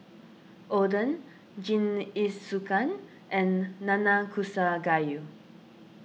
Oden Jingisukan and Nanakusa Gayu